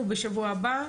אנחנו ניפגש בשבוע הבא,